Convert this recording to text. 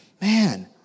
Man